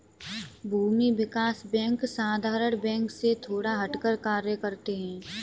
भूमि विकास बैंक साधारण बैंक से थोड़ा हटकर कार्य करते है